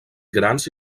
grans